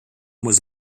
was